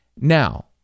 Now